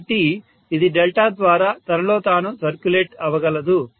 కాబట్టి ఇది డెల్టా ద్వారా తనలో తాను సర్క్యులేట్ అవగలదు